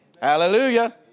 Hallelujah